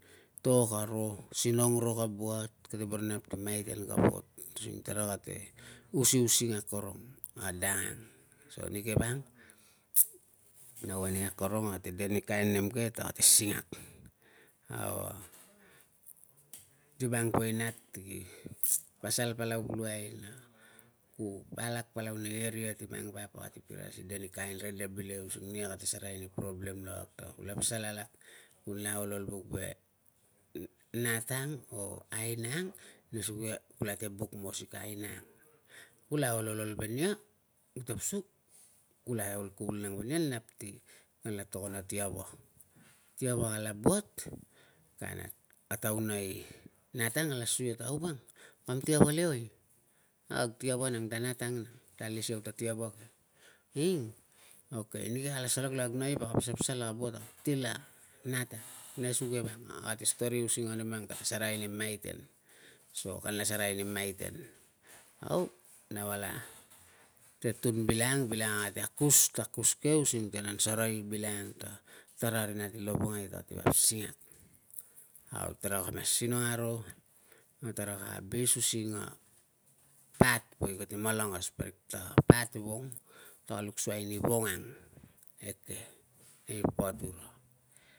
To ka ro, sinong ro ka buat, ate boro inap ti maiten ka buat using tara kate usiusing akorong a dang ang. So nike vang, nau ane akorong, ate de ni kain nem ke ta kate singak ti mang poi nat ki pasal palau pulakai na ku palak palau nei area ti mang vap, ate piras ni de ni kain rede bile using nia kate asereai ni problem na kula pasal alak, kunla ol ol vuk ve nat ang or aina ang. Nesuge kulate buk musik na aina ang. Kula ol ol ve nia, tapasuk kula ol kuvul nang venia nap ti kala tokon a tiawa. Tiawa kala buat kanat, a tauna i nat ang kala sui ia, au woang, kam tiawa leoi? A kag tiawa nang ta nat ang, ta alis iau ta tiawa ke. Ing? Okay! Nike kala salak le kag naip aka pasal pasal a na buat a na til a nat ang. Nesuge vang, a kate story using a nem ang kate asereai ni maiten so kanla asereai ni maiten. Au, nau ala tun bilangang, ate akus ta akus ke using ti kanan sarai bilangang ta tara ri nat i lovongai tarate vap singak, au taraka mas sinong aro na taraka abis using a path we kate malangas, parik ta path i vong. Taraka luksuai ni vong ang eke nei patura.